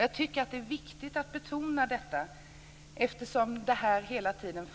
Jag tycker att det är viktigt att betona detta, eftersom det hela tiden